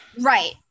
right